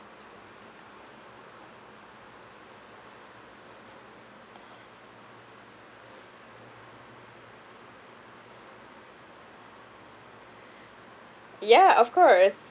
yeah of course